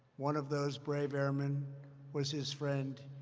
one of those brave airmen was his friend,